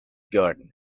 garden